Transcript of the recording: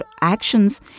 actions